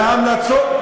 וההמלצות,